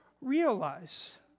realize